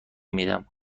میدم